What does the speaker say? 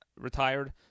retired